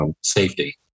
safety